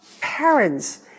parents